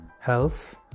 health